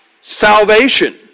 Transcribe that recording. salvation